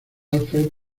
alfred